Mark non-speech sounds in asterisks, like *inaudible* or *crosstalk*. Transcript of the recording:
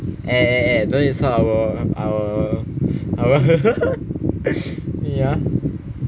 eh eh eh dont insult our our our *laughs* 你 ah